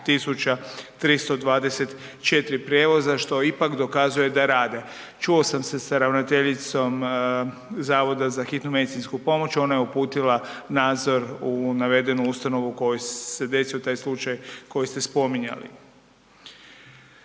30.324 prijevoza što ipak dokazuje da rade. Čuo sam se sa ravnateljicom Zavoda za hitnu medicinsku pomoć ona je uputila nadzor u navedenu ustanovu u kojoj se desio taj slučaj koji ste spominjali.